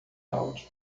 áudio